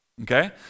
okay